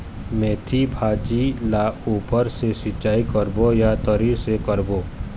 मेंथी भाजी ला ऊपर से सिचाई करबो या तरी से करबो?